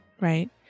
right